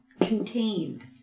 contained